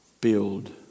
Build